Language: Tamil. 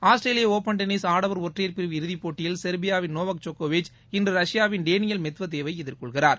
ஆஸ்திரேலிய ஓபன் டென்னிஸ் ஆடவர் ஒற்றையர் இறுதிப் போட்டியில் செர்பியாவின் நோவக் ஜோக்கோவிச் இன்று ரஷ்யாவின் டேனியல் மெத்வதேவை எதிர்கொள்கிறார்